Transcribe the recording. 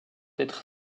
être